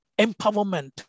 Empowerment